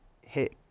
hit